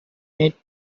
need